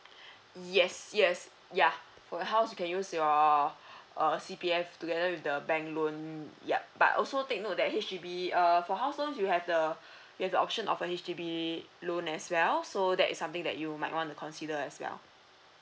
yes yes ya for a house you can use your uh C_P_F together with the bank loan yup but also take note that H_D_B err for house loan you have the you have the option of a H_D_B loan as well so that is something that you might want to consider as well